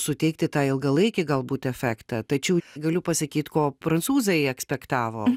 suteikti tą ilgalaikį galbūt efektą tačiau galiu pasakyt ko prancūzai ekspektavo